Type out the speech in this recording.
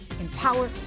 empower